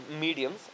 mediums